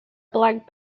black